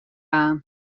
aan